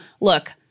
look—